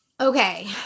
Okay